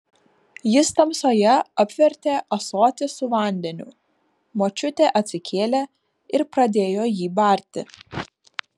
jis tamsoje apvertė ąsotį su vandeniu močiutė atsikėlė ir pradėjo jį barti